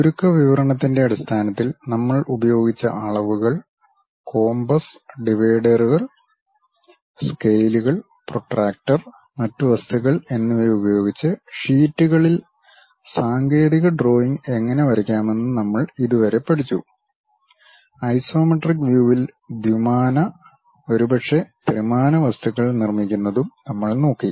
ചുരുക്കവിവരണത്തിന്റെ അടിസ്ഥാനത്തിൽ നമ്മൾ ഉപയോഗിച്ച അളവുകൾ കോമ്പസ് ഡിവൈഡറുകൾ സ്കെയിലുകൾ പ്പ്രൊട്രാക്റ്റർ മറ്റ് വസ്തുക്കൾ എന്നിവ ഉപയോഗിച്ച് ഷീറ്റുകളിൽ സാങ്കേതിക ഡ്രോയിംഗ് എങ്ങനെ വരയ്ക്കാമെന്ന് നമ്മൾ ഇതുവരെ പഠിച്ചു ഐസോമെട്രിക് വ്യൂവിൽ ദ്വിമാന ഒരുപക്ഷേ ത്രിമാന വസ്തുക്കൾ നിർമ്മിക്കുന്നതും നമ്മൾ നോക്കി